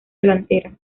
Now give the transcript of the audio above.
delantera